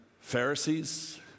Pharisees